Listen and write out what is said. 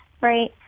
Right